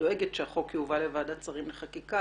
דואגת שהחוק יובא לוועדת שרים לחקיקה